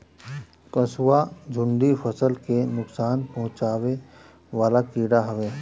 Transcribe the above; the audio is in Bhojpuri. कंसुआ, सुंडी फसल ले नुकसान पहुचावे वाला कीड़ा हवे